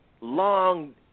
Long